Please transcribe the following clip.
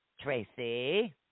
Tracy